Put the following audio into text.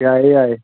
ꯌꯥꯏꯌꯦ ꯌꯥꯏꯌꯦ